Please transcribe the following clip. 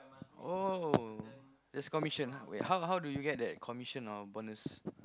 oh that's commission wait how how do you get that commission or bonus